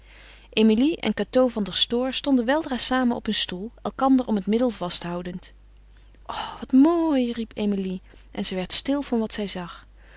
emilie en cateau van der stoor stonden weldra samen op een stoel elkander om het middel vasthoudend o wat mooi riep emilie en zij werd stil van wat zij zag